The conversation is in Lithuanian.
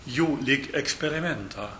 jų lyg eksperimentą